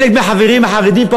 וחלק מהחברים החרדים פה,